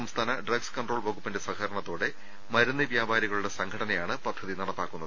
സംസ്ഥാന drugs control വകുപ്പിന്റെ സഹകരണത്തോടെ മരുന്ന് വ്യാപാരികളുടെ സംഘ ടനയാണ് പദ്ധതി നടപ്പാക്കുന്നത്